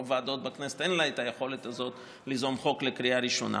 לרוב הוועדות בכנסת אין את היכולת הזאת ליזום חוק לקריאה ראשונה.